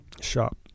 shop